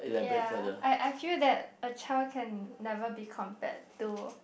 ya I I feel that a child can never be compared to